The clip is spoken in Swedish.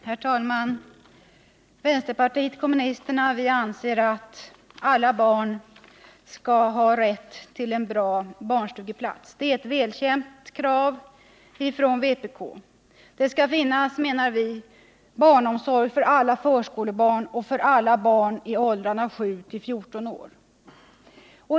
Herr talman! Vi inom vänsterpartiet kommunisterna anser att alla barn skall ha rätt till en bra barnstugeplats. Det är ett välkänt krav från vpk. Det skall finnas, menar vi, barnomsorg för alla förskolebarn och alla barn i åldrarna 7-14 år.